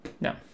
No